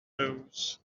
news